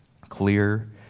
clear